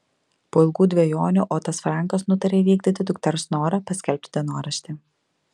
po ilgų dvejonių otas frankas nutarė įvykdyti dukters norą paskelbti dienoraštį